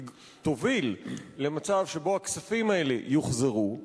תוביל למצב שבו הכספים האלה יוחזרו.